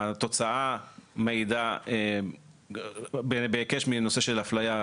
התוצאה מעידה בעיקש מנושא של אפליה.